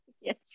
yes